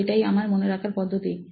তো এটাই আমার মনে রাখার পদ্ধতি